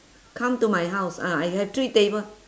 come to my house ah I have three table